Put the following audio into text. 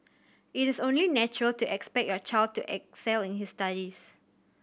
it is only natural to expect your child to excel in his studies